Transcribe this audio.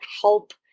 help